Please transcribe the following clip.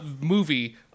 movie